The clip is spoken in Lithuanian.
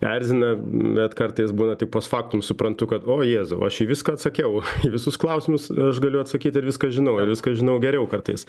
erzina bet kartais būna tik post factum suprantu kad ojėzau aš į viską atsakiau į visus klausimus aš galiu atsakyt ir viską žinau ir viską žinau geriau kartais